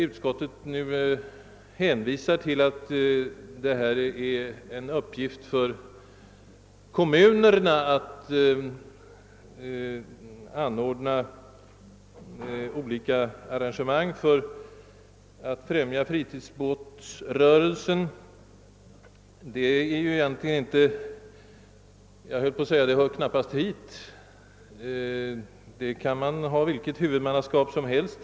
Utskottet hänvisar till att det är kommunernas uppgift att skapa olika arrangemang — hamnar o.d. — för att främja fritidsbåtsrörelsen. Jag anser att man kan ha nästan vilket huvudmannaskap som helst.